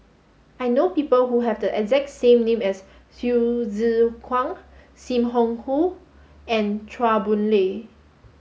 I know people who have the exact name as Hsu Tse Kwang Sim Wong Hoo and Chua Boon Lay